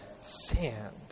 sand